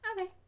Okay